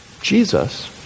Jesus